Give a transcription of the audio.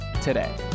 today